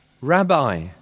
Rabbi